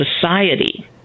society